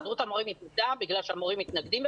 הסתדרות המורים התנגדה בגלל שהמורים מתנגדים,